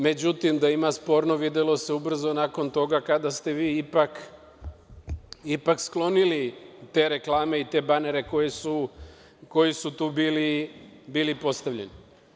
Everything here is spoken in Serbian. Međutim, da ima sporno, videlo se ubrzo nakon toga kada ste vi ipak sklonili te reklame i te banere koji su tu bili postavljeni.